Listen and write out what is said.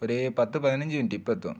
ഒരു പത്ത് പതിനഞ്ച് മിനിറ്റ് ഇപ്പം എത്തും